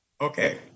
Okay